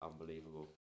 unbelievable